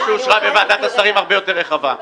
שאושרה בוועדת השרים היא הרבה יותר רחבה,